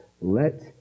let